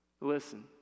Listen